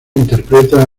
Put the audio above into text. interpreta